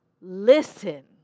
Listen